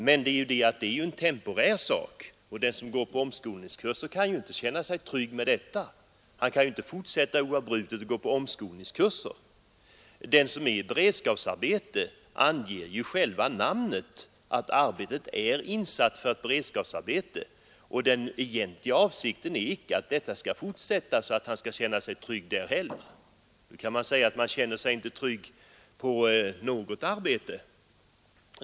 Men det är en temporär sak, den som går på omskolningskurs kan inte känna sig trygg med detta. Han kan inte fortsätta att oavbrutet gå på omskolningskurser. För den som är i beredskapsarbete anger själva namnet att arbetet är insatt som ett beredskapsarbete, och den egentliga avsikten är inte att detta skall fortsätta så att han kan känna sig trygg där heller. Nu kan man säga att ingen kan känna sig trygg på något arbete.